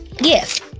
Yes